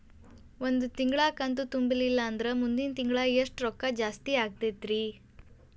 ಒಂದು ತಿಂಗಳಾ ಕಂತು ತುಂಬಲಿಲ್ಲಂದ್ರ ಮುಂದಿನ ತಿಂಗಳಾ ಎಷ್ಟ ರೊಕ್ಕ ಜಾಸ್ತಿ ಆಗತೈತ್ರಿ?